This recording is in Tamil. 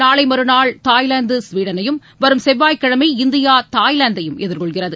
நாளை மறுநாள் தாய்வாந்து ஸ்வீடனையும் வரும் செவ்வாய்கிழமை இந்தியா தாய்வாந்தையும் எதிர்கொள்கிறது